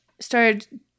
started